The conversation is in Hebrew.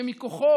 שמכוחו